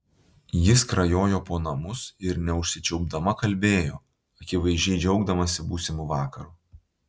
ji skrajojo po namus ir neužsičiaupdama kalbėjo akivaizdžiai džiaugdamasi būsimu vakaru